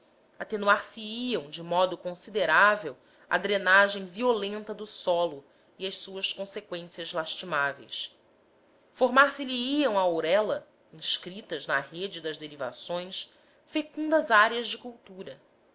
atenuar se iam de modo considerável a drenagem violenta do solo e as suas conseqüências lastimáveis formar se lhes iam à ourela inscritas na rede das derivações fecundas áreas de cultura